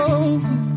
over